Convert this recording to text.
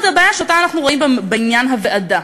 הבעיה שאנחנו רואים בעניין הוועדה.